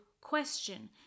question